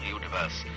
universe